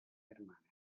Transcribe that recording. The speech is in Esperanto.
germane